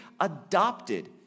adopted